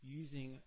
using